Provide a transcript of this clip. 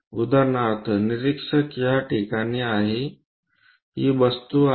उदाहरणार्थ निरीक्षक या ठिकाणी आहेत हि वस्तू आहे